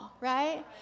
right